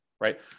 right